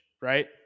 right